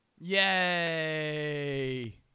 Yay